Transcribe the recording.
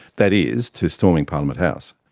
that is to storming parliament house.